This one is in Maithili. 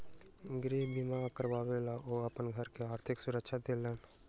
गृह बीमा करबा के ओ अपन घर के आर्थिक सुरक्षा देलैन